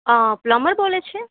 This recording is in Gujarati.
અ પ્લમ્બર બોલે છે